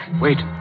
Wait